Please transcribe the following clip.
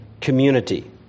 community